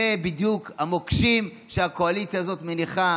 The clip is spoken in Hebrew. אלה בדיוק המוקשים שהקואליציה הזאת מניחה,